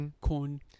Corn